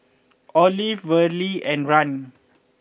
Olive Verle and Rahn